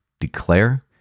declare